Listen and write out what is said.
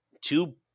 Two